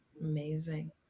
Amazing